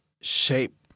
shape